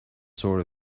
sort